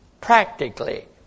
practically